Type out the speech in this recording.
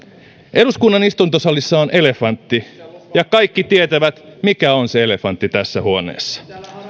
eduskunnan istuntosalissa on elefantti ja kaikki tietävät mikä on se elefantti tässä huoneessa